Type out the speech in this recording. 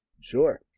Sure